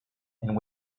and